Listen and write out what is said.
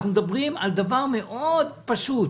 אנחנו מדברים על דבר מאוד פשוט,